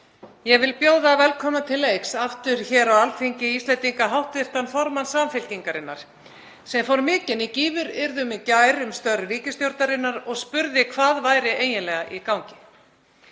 Ég vil bjóða velkomna til leiks aftur hér á Alþingi Íslendinga hv. formann Samfylkingarinnar, sem fór mikinn í gífuryrðum í gær um störf ríkisstjórnarinnar og spurði hvað væri eiginlega í gangi.